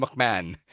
McMahon